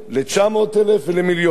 ל-900,000 ולמיליון.